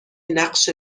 نقش